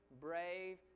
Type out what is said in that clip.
brave